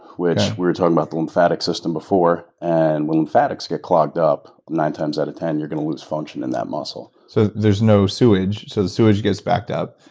which we were talking about the lymphatic system before, and when lymphatics get clogged up, nine times out of ten, you're going to lose function in that muscle. so, there's no sewage, so the sewage gets backed up,